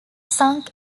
sunk